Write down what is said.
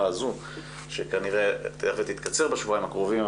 הזאת שכנראה תלך ותתקצר בשבועיים הקרובים,